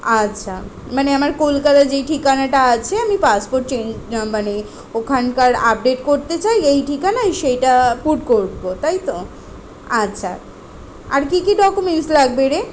আচ্ছা মানে আমার কলকাতার যেই ঠিকানাটা আছে আমি পাসপোর্ট চেঞ্জ মানে ওখানকার আপডেট করতে চাই এই ঠিকানায় সেইটা পুট করবো তাই তো আচ্ছা আর কী কী ডকুমেন্টস লাগবে রে